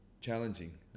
Challenging